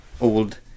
old